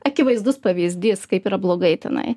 akivaizdus pavyzdys kaip yra blogai tenai